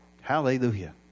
Hallelujah